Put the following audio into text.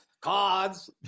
cards